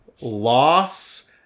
loss